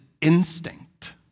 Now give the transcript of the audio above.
instinct